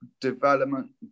Development